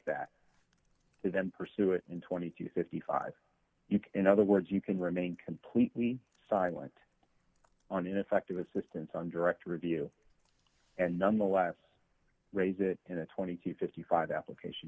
that and then pursue it in twenty to fifty five in other words you can remain completely silent on ineffective assistance on direct review and nonetheless raise it in a twenty to fifty five application